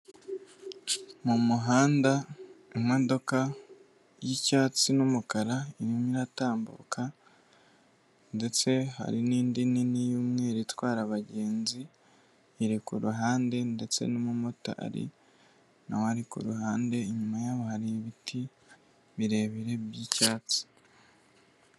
Mu muhanda imodoka y'icyatsi n'umukara irimo iratambuka ndetse hari n'indi nini y'umweru itwara abagenzi iri ku ruhande ndetse n'umumotari nawe ari ku ruhande, inyuma yabo hari ibiti birebire by'icyatsi.